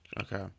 Okay